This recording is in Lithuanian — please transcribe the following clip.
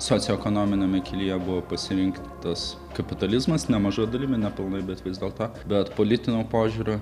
socioekonominiame kelyje buvo pasirinktas kapitalizmas nemaža dalimi nepilnai bet vis dėlto bet politiniu požiūriu